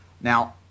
Now